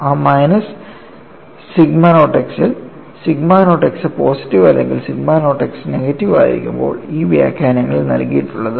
ആ minus sigma naught x ഇൽ sigma naught x positive അല്ലെങ്കിൽ സിഗ്മ നോട്ട് x നെഗറ്റീവ് ആയിരിക്കുമ്പോൾ ഈ വ്യാഖ്യാനങ്ങളിൽ നൽകിയിട്ടുള്ളത്